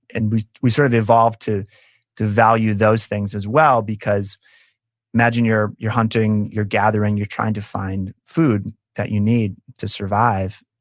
and we we sort of evolved to to value those things, as well, because imagine you're you're hunting, you're gathering, you're trying to find food that you need to survive.